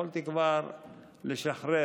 יכולתי כבר לשחרר.